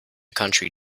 country